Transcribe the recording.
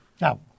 Now